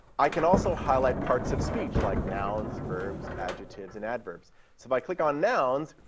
i can also highlight parts of speech, like nouns, verbs, adjectives and add verbs. so if i click on nouns,